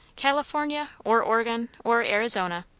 california or oregon or arizona.